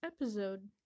episode